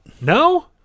No